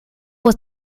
was